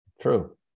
true